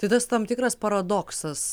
tai tas tam tikras paradoksas